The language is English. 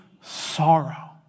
sorrow